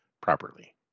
properly